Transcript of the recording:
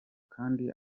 kandi